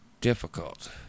difficult